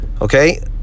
Okay